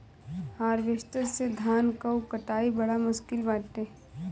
harvester से धान कअ कटाई बड़ा मुश्किल बाटे